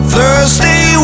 Thursday